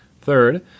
Third